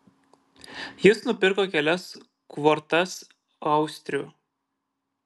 jis nupirko kelias kvortas austrių